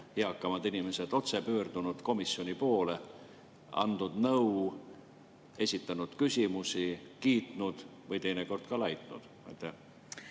eakamad inimesed on otse pöördunud komisjoni poole, andnud nõu, esitanud küsimusi, kiitnud või teinekord ka laitnud.